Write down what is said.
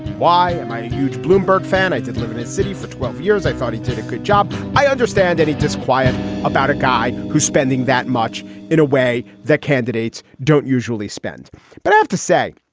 why am i a huge bloomberg fan? i did live in this city for twelve years. i thought he did a good job. i understand that he disquiet about a guy who's spending that much in a way that candidates don't usually spend but i have to say,